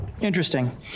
Interesting